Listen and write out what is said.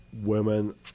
women